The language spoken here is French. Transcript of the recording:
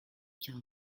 karl